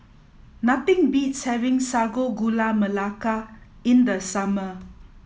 nothing beats having Sago Gula Melaka in the summer